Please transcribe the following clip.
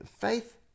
faith